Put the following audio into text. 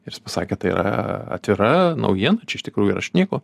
ir jis pasakė tai yra atvira naujiena čia iš tikrųjų yra aš nieko